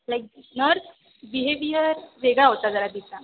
like nurse behaviour वेगळा होता जरा तिचा